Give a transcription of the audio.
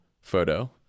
photo